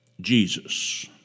Jesus